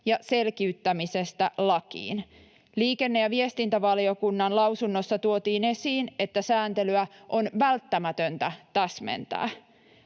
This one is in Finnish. ja selkiyttämisestä lakiin. Liikenne- ja viestintävaliokunnan lausunnossa tuotiin esiin, että sääntelyä on välttämätöntä täsmentää